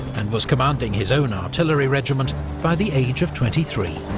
and was commanding his own artillery regiment by the age of twenty three.